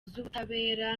z’ubutabera